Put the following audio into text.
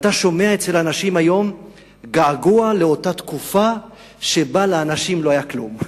ואתה שומע אצל אנשים היום געגוע לאותה תקופה שבה לאנשים לא היה כלום.